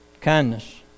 kindness